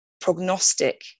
prognostic